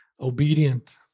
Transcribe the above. obedient